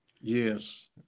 Yes